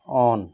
on